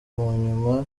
munyuma